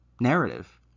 narrative